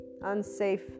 unsafe